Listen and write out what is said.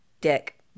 Dick